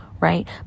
right